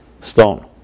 stone